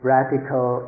radical